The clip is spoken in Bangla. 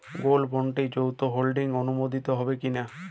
গোল্ড বন্ডে যৌথ হোল্ডিং অনুমোদিত হবে কিনা?